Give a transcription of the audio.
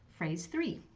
phrase three.